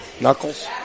Knuckles